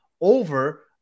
over